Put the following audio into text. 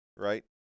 Right